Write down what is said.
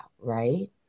Right